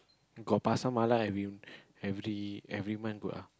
got Pasar Malam every every every month good ah